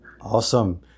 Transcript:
Awesome